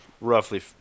roughly